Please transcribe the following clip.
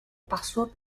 password